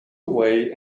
away